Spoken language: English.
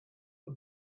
the